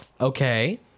Okay